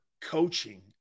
coaching